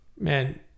Man